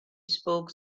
spoke